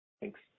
Thanks